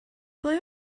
ble